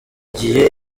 gihe